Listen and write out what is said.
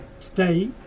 today